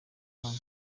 one